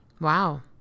Wow